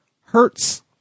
hurts